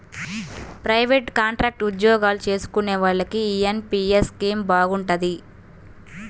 private, contract ఉద్యోగాలు చేసుకునే వాళ్లకి యీ ఎన్.పి.యస్ స్కీమ్ బాగుంటది